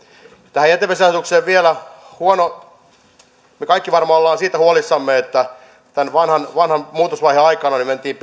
tähän jätevesiasetukseen vielä huomio me kaikki varmaan olemme siitä huolissamme että vanhan vanhan muutosvaiheen aikana mentiin